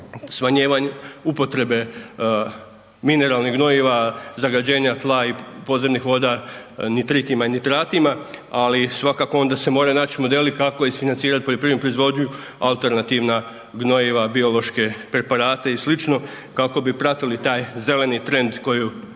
smanjivanje upotrebe mineralnih gnojiva, zagađenja tla i podzemnih voda nitritima i nitratima, ali svakako onda se moraju naći modeli kako isfinancirati poljoprivrednu proizvodnju, alternativna gnojiva, biološke preparate i sl. kako bi pratili taj zeleni trend koji Europa